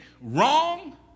wrong